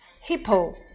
hippo